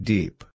Deep